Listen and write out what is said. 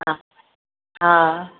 हा हा